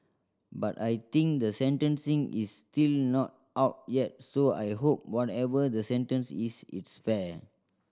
but I think the sentencing is still not out yet so I hope whatever the sentence is it's fair